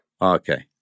Okay